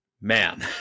man